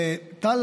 טל,